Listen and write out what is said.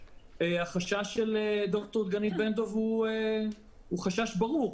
החשש של ד"ר דגנית בן-דב הוא חשש ברור.